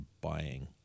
buying